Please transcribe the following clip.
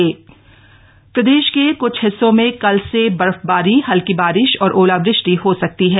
मौसम प्रदेश के कुछ हिस्सों में कल से बर्फबारी हल्की बारिश और ओलावृष्टि हो सकती है